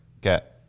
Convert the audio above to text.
get